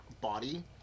body